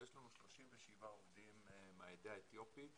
יש לנו 37 עובדים מהעדה האתיופית,